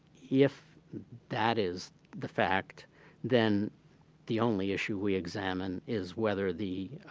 if that is the fact then the only issue we examine is whether the